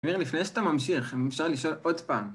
מאיר לפני שאתה ממשיך אם אפשר לשאול עוד פעם